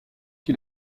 qui